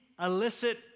illicit